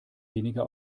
weniger